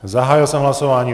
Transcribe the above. Zahájil jsem hlasování.